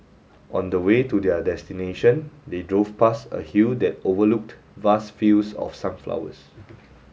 on the way to their destination they drove past a hill that overlooked vast fields of sunflowers